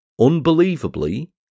Unbelievably